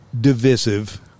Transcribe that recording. divisive